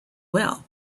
well